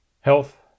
health